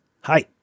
Hi